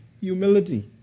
humility